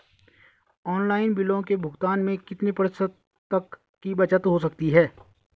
Online बिलों के भुगतान में कितने प्रतिशत तक की बचत हो सकती है?